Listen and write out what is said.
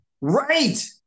right